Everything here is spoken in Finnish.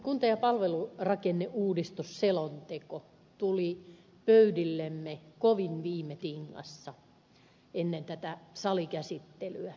kunta ja palvelurakenneuudistusselonteko tuli pöydillemme kovin viime tingassa ennen tätä salikäsittelyä